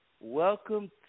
welcome